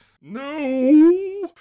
No